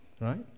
Right